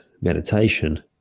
meditation